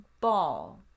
ball